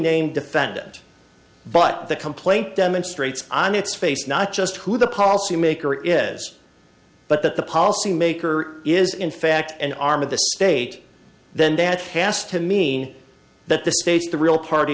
named defendant but the complaint demonstrates on its face not just who the policy maker is but that the policy maker is in fact an arm of the state then that has to mean that the space the real party